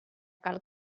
cal